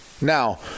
Now